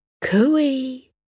cooey